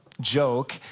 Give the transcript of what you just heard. joke